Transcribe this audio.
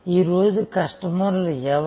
ఈ రోజు కస్టమర్లు ఎవరు